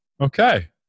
okay